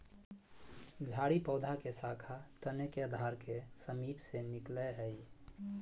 झाड़ी पौधा के शाखा तने के आधार के समीप से निकलैय हइ